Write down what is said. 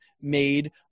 made